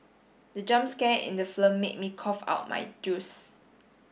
the jump scare in the film made me cough out my juice